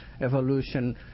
evolution